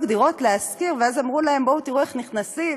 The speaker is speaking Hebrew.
דירות להשכיר ואמרו להם: בואו תראו איך נכנסים,